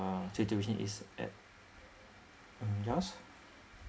uh situation is at mm yours